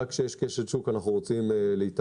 רק איפה שיש כשל שוק אנחנו רוצים להתערב.